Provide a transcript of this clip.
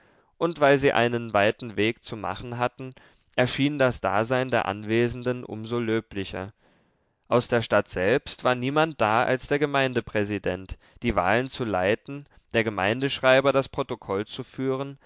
und weil sie einen weiten weg zu machen hatten erschien das dasein der anwesenden um so löblicher aus der stadt selbst war niemand da als der gemeindepräsident die wahlen zu leiten der gemeindeschreiber das protokoll zu führen